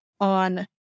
on